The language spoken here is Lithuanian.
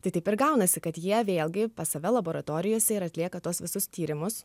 tai taip ir gaunasi kad jie vėlgi pas save laboratorijose ir atlieka tuos visus tyrimus